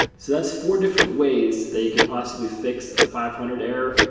so that's four different ways that you can possibly fix a five hundred error.